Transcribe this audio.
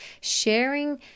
sharing